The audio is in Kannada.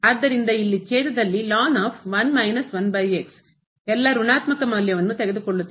ಆದ್ದರಿಂದ ಇಲ್ಲಿ ಛೇದದಲ್ಲಿ ಎಲ್ಲಾ ಋಣಾತ್ಮಕ ಮೌಲ್ಯವನ್ನು ತೆಗೆದುಕೊಳ್ಳುತ್ತಿದೆ